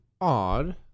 odd